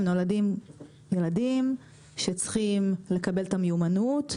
הם ילדים שצריכים לקבל את המיומנות,